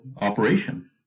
operation